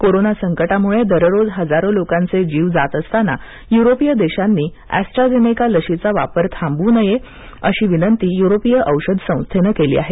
corona संकटामुळे दररोज हजारो लोकांचे जीव जात असताना युरोपीय देशांनी अॅस्ट्राजेनेका लशीचा वापर थांबवू नये अशी विनंती युरोपीय औषध संस्थेनं केली आहे